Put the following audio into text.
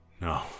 No